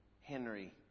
Henry